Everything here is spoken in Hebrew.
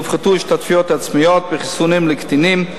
הופחתו השתתפויות עצמיות בחיסונים לקטינים,